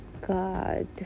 God